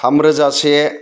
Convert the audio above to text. थामरोजा से